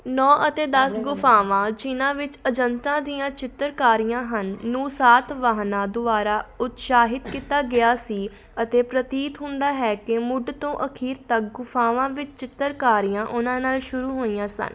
ਨੌ ਅਤੇ ਦਸ ਗੁਫ਼ਾਵਾਂ ਜਿਨ੍ਹਾਂ ਵਿੱਚ ਅਜੰਤਾ ਦੀਆਂ ਚਿੱਤਰਕਾਰੀਆਂ ਹਨ ਨੂੰ ਸਾਤਵਾਹਨਾਂ ਦੁਆਰਾ ਉਤਸ਼ਾਹਿਤ ਕੀਤਾ ਗਿਆ ਸੀ ਅਤੇ ਪ੍ਰਤੀਤ ਹੁੰਦਾ ਹੈ ਕਿ ਮੁੱਢ ਤੋਂ ਅਖੀਰ ਤੱਕ ਗੁਫਾਵਾਂ ਵਿੱਚ ਚਿੱਤਰਕਾਰੀਆਂ ਉਨ੍ਹਾਂ ਨਾਲ ਸ਼ੁਰੂ ਹੋਈਆ ਸਨ